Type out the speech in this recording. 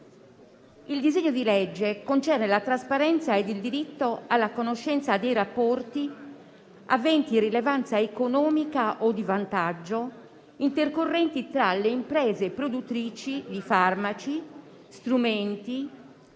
Il disegno di legge contiene la trasparenza ed il diritto alla conoscenza dei rapporti aventi rilevanza economica o di vantaggio intercorrenti tra le imprese produttrici di farmaci, strumenti,